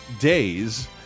days